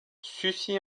sucy